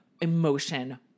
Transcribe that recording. emotion